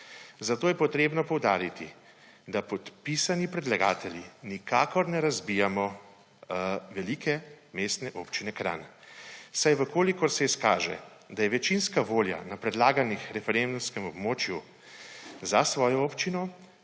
Zato je treba poudariti, da podpisani predlagatelji nikakor ne razbijamo velike Mestne občine Kranj, saj čese izkaže, da je večinska volja na predlaganem referendumskem območju »za« svojo občino,